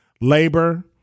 Labor